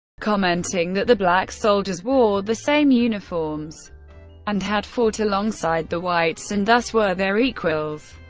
commenting that the black soldiers wore the same uniforms and had fought alongside the whites, and thus were their equals.